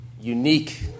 unique